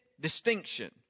distinction